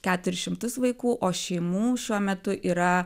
keturis šimtus vaikų o šeimų šiuo metu yra